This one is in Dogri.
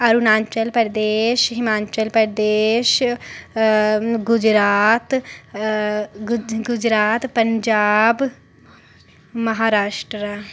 अरुणाचल प्रदेश हिमाचल प्रदेश गुजरात पंजाब महाराष्ट्रा